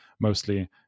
mostly